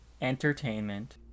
entertainment